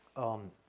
um,